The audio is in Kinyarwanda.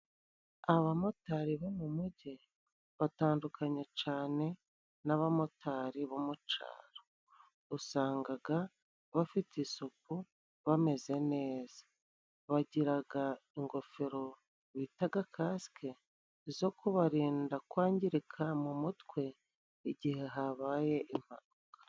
Abamotari bo mu mujyi, batandukanye cane n'abamotari bo mu caro. Usangaga bafite isuku bameze neza. Bagiraga ingofero bitaga kasike, zo kubarinda kwangirika mu mutwe igihe habaye impauka.